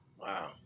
Wow